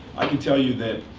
i can tell you that